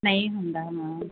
ਨਹੀਂ ਹੁੰਦਾ ਮੈਮ